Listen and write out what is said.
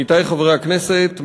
עמיתי חברי הכנסת,